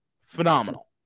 Phenomenal